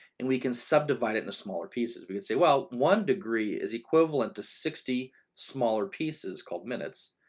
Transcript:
and we can subdivide it into smaller pieces, we can say, well, one degree is equivalent to sixty smaller pieces called minutes.